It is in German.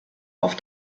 auf